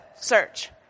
search